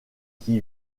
qui